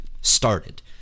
started